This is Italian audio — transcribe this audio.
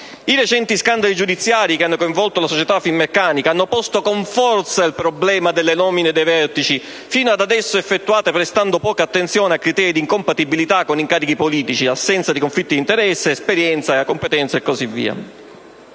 I recenti scandali giudiziari che hanno coinvolto la società Finmeccanica hanno posto con forza il problema delle nomine dei vertici, fino adesso effettuate prestando poca attenzione a criteri come l'incompatibilità con incarichi politici, l'assenza di conflitti d'interessi, l'esperienza, la competenza e così via.